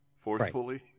forcefully